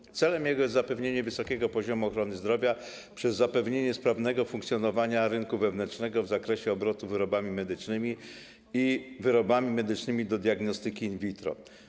Jego celem jest zapewnienie wysokiego poziomu ochrony zdrowia przez zapewnienie sprawnego funkcjonowania rynku wewnętrznego w zakresie obrotu wyrobami medycznymi i wyrobami medycznymi do diagnostyki in vitro.